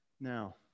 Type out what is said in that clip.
now